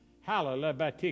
Hallelujah